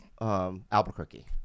Albuquerque